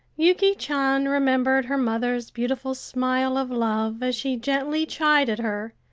yuki chan remembered her mother's beautiful smile of love as she gently chided her,